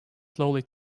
slowly